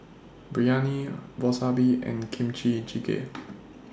Biryani Wasabi and Kimchi Jjigae